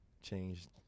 changed